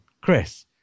Chris